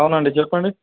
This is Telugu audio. అవునండి చెప్పండి